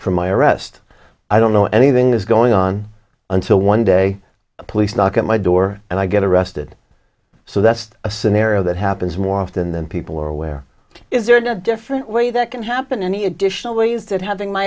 for my arrest i don't know anything is going on until one day the police knock at my door and i get arrested so that's a scenario that happens more often than people are aware is there no different way that can happen any additional ways that having my